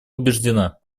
убеждена